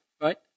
right